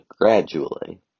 gradually